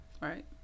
right